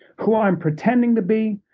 who i'm pretending to be,